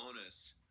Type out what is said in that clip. Bonus